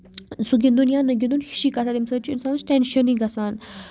سُہ گندُن یا نہ گِندُن ہِشی کَتھ تَمہِ سۭتۍ چھُ اِنسانَس ٹینشنٕے گژھان